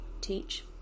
teach